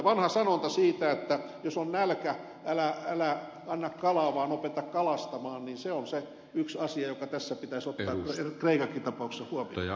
vanha sanonta siitä että jos on nälkä älä anna kalaa vaan opeta kalastamaan on se yksi asia joka tässä kreikankin tapauksessa pitäisi ottaa huomioon